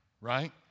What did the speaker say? right